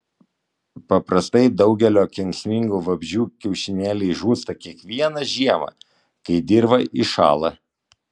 paprastai daugelio kenksmingų vabzdžių kiaušinėliai žūsta kiekvieną žiemą kai dirva įšąla